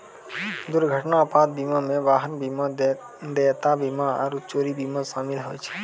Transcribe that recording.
दुर्घटना आपात बीमा मे वाहन बीमा, देयता बीमा आरु चोरी बीमा शामिल होय छै